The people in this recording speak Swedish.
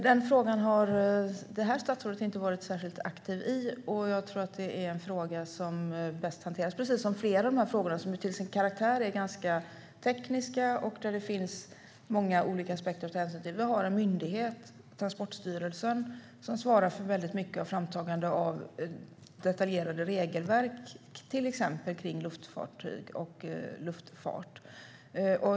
Herr talman! Jag har inte varit särskilt aktiv när det gäller den frågan. Det tror jag är en fråga som bäst hanteras, precis som flera av dessa frågor som till sin karaktär är ganska tekniska och där det finns många olika aspekter att ta hänsyn till, av den myndighet som vi har - Transportstyrelsen - som svarar för mycket av framtagande av detaljerade regelverk kring till exempel luftfartyg och luftfart.